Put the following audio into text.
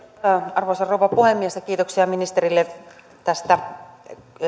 arvoisa rouva puhemies kiitoksia ministerille tästä